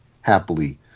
happily